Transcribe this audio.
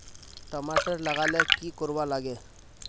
टमाटर लगा ले की की कोर वा लागे?